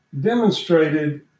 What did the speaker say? demonstrated